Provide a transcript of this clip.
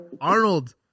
Arnold